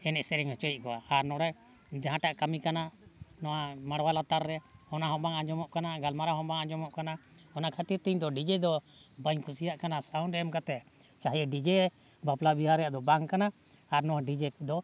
ᱮᱱᱮᱡ ᱥᱮᱨᱮᱧ ᱦᱚᱪᱚᱭᱮᱫ ᱠᱚᱣᱟ ᱟᱨ ᱱᱚᱸᱰᱮ ᱡᱟᱦᱟᱸᱴᱟᱜ ᱠᱟᱹᱢᱤ ᱠᱟᱱᱟ ᱱᱚᱣᱟ ᱢᱟᱸᱰᱣᱟ ᱞᱟᱛᱟᱨ ᱨᱮ ᱚᱱᱟᱦᱚᱸ ᱵᱟᱝ ᱟᱸᱡᱚᱢᱚᱜ ᱠᱟᱱᱟ ᱜᱟᱞᱢᱟᱨᱟᱣ ᱦᱚᱸ ᱵᱟᱝ ᱟᱸᱡᱚᱢᱚᱜ ᱠᱟᱱᱟ ᱚᱱᱟ ᱠᱷᱟᱹᱛᱤᱨᱛᱮ ᱤᱧᱫᱚ ᱰᱤᱡᱮ ᱫᱚ ᱵᱟᱹᱧ ᱠᱩᱥᱤᱭᱟᱜ ᱠᱟᱱᱟ ᱥᱟᱣᱩᱱᱰ ᱮᱢ ᱠᱟᱛᱮ ᱪᱟᱦᱮ ᱰᱤᱡᱮ ᱵᱟᱯᱞᱟ ᱵᱤᱦᱟᱹ ᱨᱮᱭᱟᱜ ᱫᱚ ᱵᱟᱝ ᱠᱟᱱᱟ ᱟᱨ ᱱᱚᱣᱟ ᱰᱤᱡᱮ ᱠᱚᱫᱚ